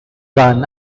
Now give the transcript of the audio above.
run